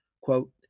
quote